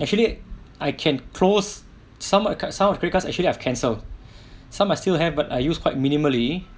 actually I can close some some of the credit card actually I've cancel some are still have but I use quite minimally